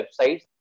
websites